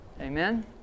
Amen